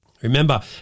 Remember